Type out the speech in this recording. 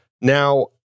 Now